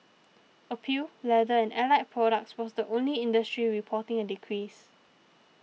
apparel leather and allied products was the only industry reporting a decrease